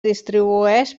distribueix